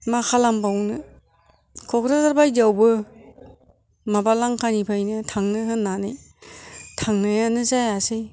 मा खालामबावनो क'क्राझार बायदियावबो माबा लांखानिफ्रायनो थांनो होन्नानै थांनायानो जायासै